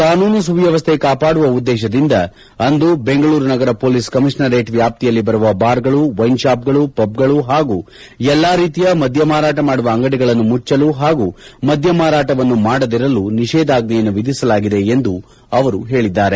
ಕಾನೂನು ಸುವ್ಯವಸ್ಥೆ ಕಾಪಾದುವ ಉದ್ದೇಶದಿಂದ ಅಂದು ಬೆಂಗಳೂರು ನಗರ ಪೊಲೀಸ್ ಕಮೀಷನರೇಟ್ ವ್ಯಾಪ್ತಿಯಲ್ಲಿ ಬರುವ ಬಾರ್ಗಳು ವೈನ್ಸ್ಷಾಪ್ಗಳು ಪಬ್ಗಳು ಹಾಗೂ ಎಲ್ಲಾ ರೀತಿಯ ಮದ್ಯ ಮಾರಾಟ ಮಾದುವ ಅಂಗಡಿಗಳನ್ನು ಮುಚ್ಚಲು ಹಾಗೂ ಮದ್ಯ ಮಾರಾಟವನ್ನು ಮಾಡದಿರಲು ನಿಷೇಧಾಜ್ಞೆಯನ್ನು ವಿಧಿಸಲಾಗಿದೆ ಎಂದು ಅವರು ಹೇಳಿದ್ದಾರೆ